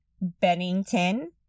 Bennington